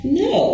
no